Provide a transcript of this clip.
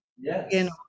yes